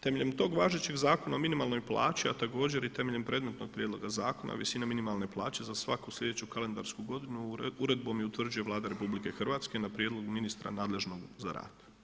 Temeljem tog važećeg Zakona o minimalnoj plaći, a također i temeljem predmetnog zakona visina minimalne plaće za svaku sljedeću kalendarsku godinu uredbom utvrđuje Vlada RH na prijedlog ministra nadležnog za rad.